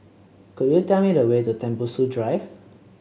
could you tell me the way to Tembusu Drive